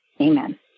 Amen